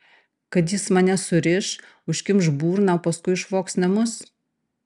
kad jis mane suriš užkimš burną o paskui išvogs namus